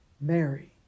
Mary